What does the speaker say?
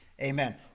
Amen